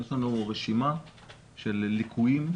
יש לנו רשימה של ליקויים,